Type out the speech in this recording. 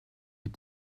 les